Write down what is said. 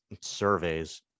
surveys